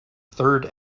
third